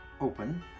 open